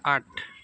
आठ